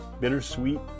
Bittersweet